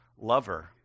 lover